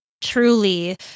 truly